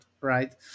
right